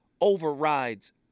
overrides